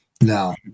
No